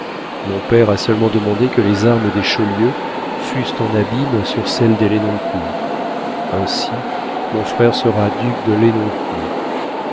mon père a seulement demandé que les armes des chaulieu fussent en abîme sur celles des lenoncourt ainsi mon frère sera duc de lenoncourt le